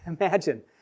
Imagine